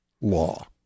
law